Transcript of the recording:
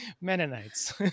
Mennonites